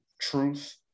truth